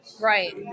Right